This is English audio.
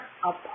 apart